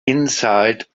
inside